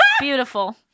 beautiful